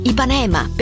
Ipanema